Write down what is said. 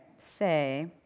say